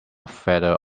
feather